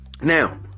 Now